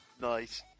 Nice